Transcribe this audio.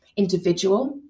individual